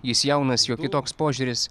jis jaunas jo kitoks požiūris